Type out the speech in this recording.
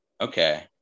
Okay